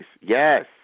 Yes